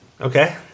Okay